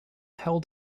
held